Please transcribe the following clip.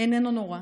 איננו נורא,